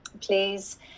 please